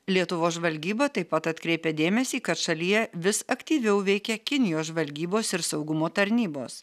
lietuvos žvalgyba taip pat atkreipė dėmesį kad šalyje vis aktyviau veikia kinijos žvalgybos ir saugumo tarnybos